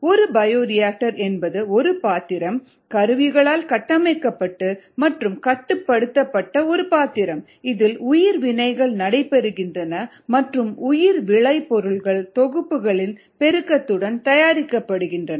ஒரு பயோரியாக்டர் என்பது ஒரு பாத்திரம் - கருவிகளால் கட்டமைக்கப்பட்டு மற்றும் கட்டுப்படுத்தப்பட்ட ஒரு பாத்திரம் இதில் உயிர் வினைகள் நடைபெறுகின்றன மற்றும் உயிர் விளைபொருட்கள் தொகுப்புகளின் பெருக்கத்துடன் தயாரிக்கப்படுகின்றன